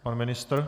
Pan ministr?